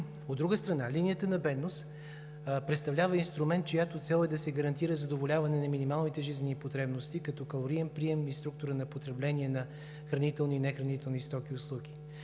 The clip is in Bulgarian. От друга страна, линията на бедност представлява инструмент, чиято цел е да се гарантира задоволяване на минималните жизнени потребности, като калориен прием и структура на потребление на хранителни и нехранителни стоки и услуги.